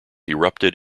erupted